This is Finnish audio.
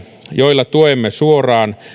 joilla tuemme suoraan